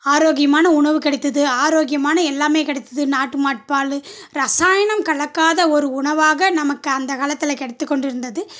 ஆரோக்கியமான உணவு கிடைத்தது ஆரோக்கியமான எல்லாமே கிடைத்தது நாட்டு மாட்டுப்பாலு ரசாயனம் கலக்காத ஒரு உணவாக நமக்கு அந்த காலத்தில் கிடைத்துக் கொண்டிருந்தது